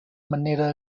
manera